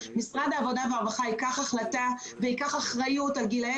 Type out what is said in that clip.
משרד העבודה והרווחה יקבל החלטה וייקח אחריות על גילאי